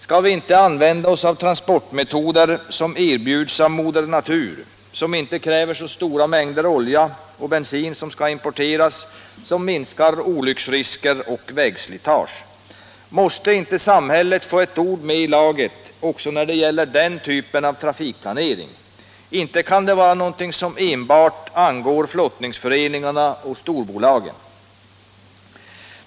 Skall vi inte använda oss av transportmetoder som erbjuds av moder natur, som inte kräver så stora mängder olja och bensin som skall importeras, som minskar olycksrisker och vägslitage? Måste inte samhället få ett ord med i laget också när det gäller den typen av trafikplanering? Inte kan det vara något som enbart angår flottningsföreningarna och storbolagen!